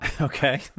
Okay